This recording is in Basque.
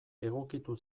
egokitu